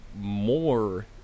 more